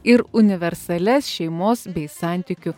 ir universalias šeimos bei santykių